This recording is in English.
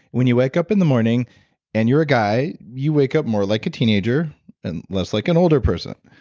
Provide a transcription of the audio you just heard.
when you wake up in the morning and you're a guy, you wake up more like a teenager and less like an older person.